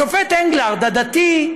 השופט אנגלרד, הדתי,